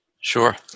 Sure